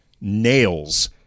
nails